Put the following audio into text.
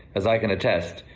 as i can attest,